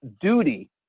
duty